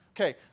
Okay